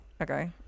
Okay